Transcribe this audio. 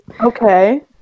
okay